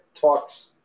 talks